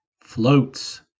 floats